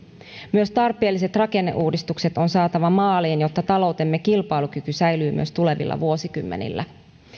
myös tarpeelliset rakenneuudistukset on saatava maaliin jotta taloutemme kilpailukyky säilyy myös tulevilla vuosikymmenillä